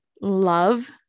love